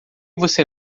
você